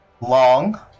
Long